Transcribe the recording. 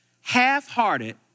Half-hearted